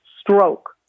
stroke